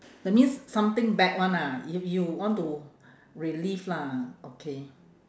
that means something bad one ah you you want to relive lah okay